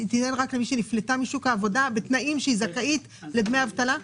היא תינתן רק למי שנפלטה משוק העבודה בתנאים שהיא זכאות לדמי אבטלה?